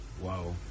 Wow